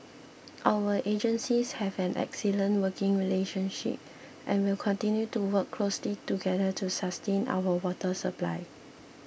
our agencies have an excellent working relationship and will continue to work closely together to sustain our water supply